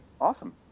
Awesome